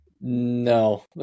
No